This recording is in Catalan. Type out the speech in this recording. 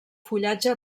fullatge